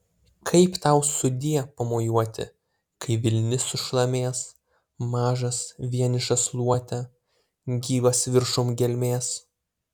kaip tau sudie pamojuoti kai vilnis sušlamės mažas vienišas luote gyvas viršum gelmės